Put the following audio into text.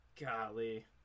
golly